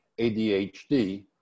adhd